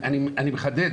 אני מחדד,